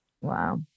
wow